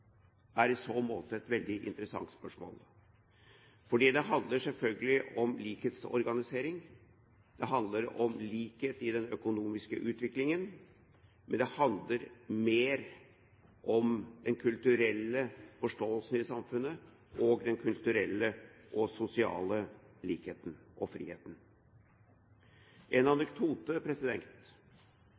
er i så måte et veldig interessant spørsmål. Det handler selvfølgelig om likhetsorganisering, det handler om likhet i den økonomiske utviklingen, men det handler mer om den kulturelle forståelsen i samfunnet og den kulturelle og sosiale likheten og friheten. En